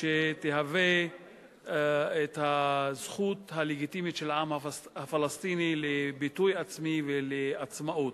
שתהווה את הזכות הלגיטימית של העם הפלסטיני לביטוי עצמי ולעצמאות.